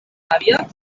àvia